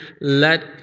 let